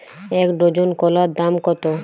এক ডজন কলার দাম কত?